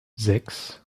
sechs